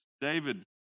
David